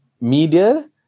media